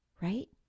right